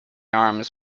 arms